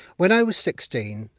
when i was sixteen,